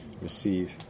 receive